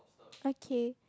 okay